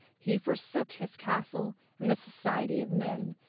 he forsook his castle and the society of men,